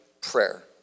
Prayer